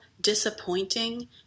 disappointing